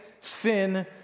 sin